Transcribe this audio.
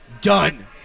Done